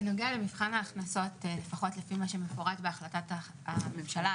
בנוגע למבחן ההכנסות לפי מה שמפורש בהחלטת הממשלה,